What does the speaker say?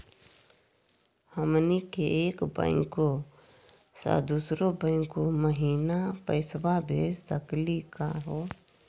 हमनी के एक बैंको स दुसरो बैंको महिना पैसवा भेज सकली का हो?